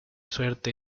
suerte